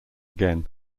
again